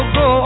go